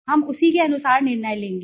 हम उसी के अनुसार निर्णय लेंगे